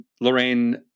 Lorraine